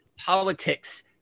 politics